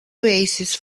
oasis